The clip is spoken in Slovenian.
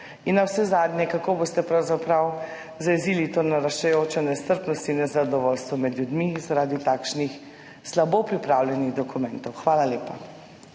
dopisa? Kako boste pravzaprav zajezili to naraščajočo nestrpnost in nezadovoljstvo med ljudmi zaradi takšnih, slabo pripravljenih dokumentov? Hvala lepa.